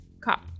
Cop